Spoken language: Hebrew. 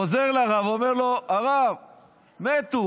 חוזר לרב, אומר לו: הרב, מתו.